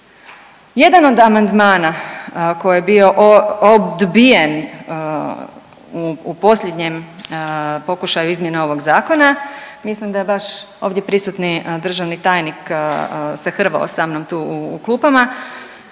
Jedan od amandmana koji je bio odbijen u posljednjem pokušaju izmjene ovog zakona mislim da je baš ovdje prisutni državni tajnik se hrvao sa mnom tu u klupama,